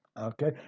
okay